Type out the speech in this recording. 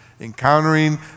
encountering